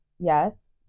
yes